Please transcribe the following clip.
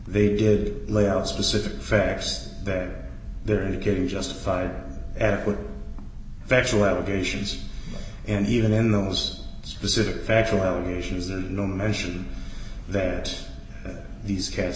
they did lay out specific facts that they're getting justified adequate factual allegations and even in those specific factual allegations and no mention that these cats